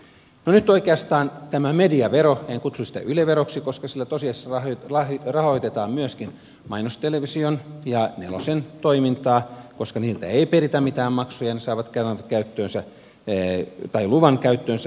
no nyt oikeastaan voi sanoa että tämä mediavero en kutsu sitä yle veroksi koska sillä tosiasiassa rahoitetaan myöskin mainostelevision ja nelosen toimintaa koska niiltä ei peritä mitään maksuja ne saavat luvan käyttöönsä